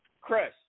Chris